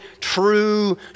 true